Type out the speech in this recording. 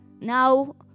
now